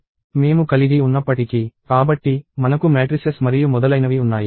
మేము కలిగి ఉన్నప్పటికీ కాబట్టి మనకు మ్యాట్రిసెస్ మరియు మొదలైనవి ఉన్నాయి